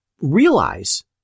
realize